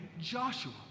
Joshua